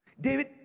David